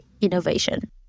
innovation